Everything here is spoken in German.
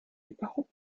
überhaupt